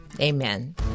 Amen